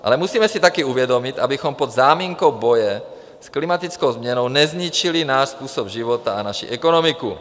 Ale musíme si taky uvědomit, abychom pod záminkou boje s klimatickou změnou nezničili náš způsob života a naši ekonomiku.